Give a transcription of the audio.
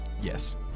Yes